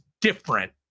different